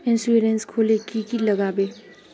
Insurance खोले की की लगाबे?